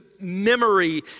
memory